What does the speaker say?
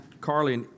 Carly